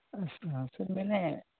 سر میں نے